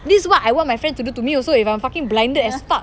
this is what I want my friend to do to me also if I'm fucking blinded as fuck